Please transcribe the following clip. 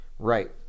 Right